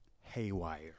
Haywire